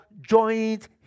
joint